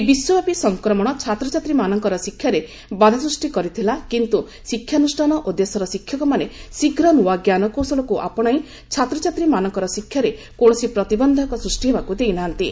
ଏହି ବିଶ୍ୱବ୍ୟାପୀ ସଂକ୍ରମଣ ଛାତ୍ରଛାତ୍ରୀମାନଙ୍କର ଶିକ୍ଷାରେ ବାଧା ସୃଷ୍ଟି କରିଥିଲା କିନ୍ତୁ ଶିକ୍ଷାନୁଷ୍ଠାନ ଓ ଦେଶର ଶିକ୍ଷକମାନେ ଶୀଘ୍ର ନୂଆ ଞ୍ଜାନକୌଶଳକୁ ଆପଶାଇ ଛାତ୍ରଛାତ୍ରୀମାନଙ୍କର ଶିକ୍ଷାରେ କୌଣସି ପ୍ରତିବନ୍ଧକ ସୃଷ୍ଟି ହେବାକୁ ଦେଇନାହାନ୍ତି